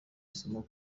isomo